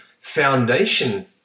foundation